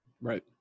Right